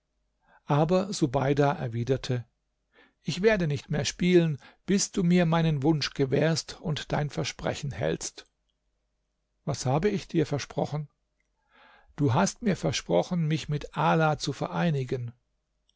aber subeida erwiderte ich werde nicht mehr spielen bis du mir meinen wunsch gewährst und dein versprechen hältst was habe ich dir versprochen du hast mir versprochen mich mit ala zu vereinigen